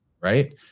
Right